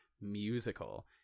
musical